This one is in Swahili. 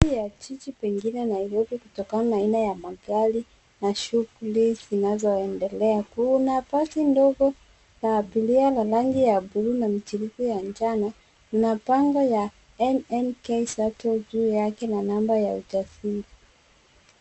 Mandhari ya jiji pengine Nairobi kutokana na aina ya magari na shughuli zinazoendelea. Kuna basi dogo la abiria la rangi ya buluu na michirizi ya njano na bango ya NNK SHUTTLE juu yake na namba yake ya usajili.